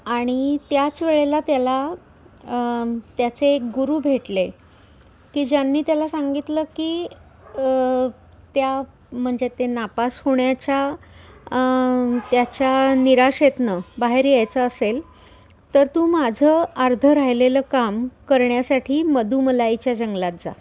आणि त्याच वेळेला त्याला त्याचे एक गुरु भेटले की ज्यांनी त्याला सांगितलं की त्या म्हणजे ते नापास होण्याच्या त्याच्या निराशेतनं बाहेर यायचं असेल तर तू माझं अर्धं राहिलेलं काम करण्यासाठी मदुमलाईच्या जंगलात जा